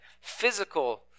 physical